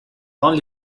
only